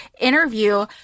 interview